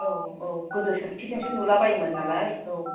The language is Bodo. औ औ गोदो सोरखिजोंसो लुलाबायोमोन नालाय औ